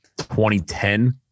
2010